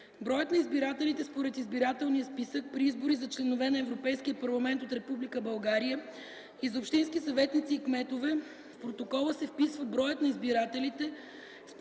броят на избирателите според избирателния списък, при избори за членове на Европейския парламент от Република България и за общински съветници и кметове в протокола се вписва броят на избирателите